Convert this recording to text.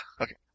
Okay